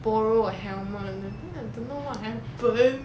borrow a helmet then I don't know what happen